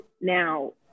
Now